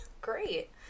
great